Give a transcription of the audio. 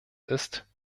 ist